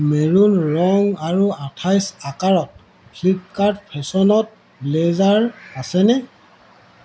maroon ৰঙ আৰু আঠাইছ আকাৰত ফ্লিপকাৰ্ট ফেশ্বনত ব্লেজাৰ আছেনে